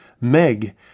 Meg